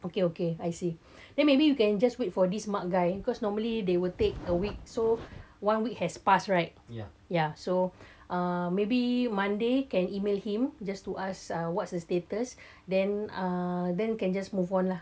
okay okay I see then maybe you can just wait for this mark guy cause normally they will take a week so one week has pass right ya so uh maybe monday can email him just to ask what's the status then uh then can just move on lah